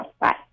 Bye